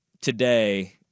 Today